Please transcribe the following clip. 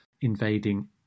invading